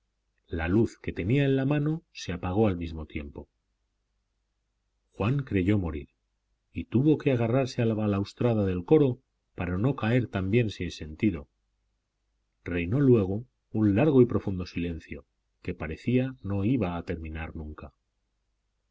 la luz que tenía en la mano se apagó al mismo tiempo juan creyó morir y tuvo que agarrarse a la balaustrada del coro para no caer también sin sentido reinó luego un largo y profundo silencio que parecía no iba a terminar nunca